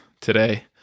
today